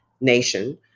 nation